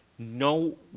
No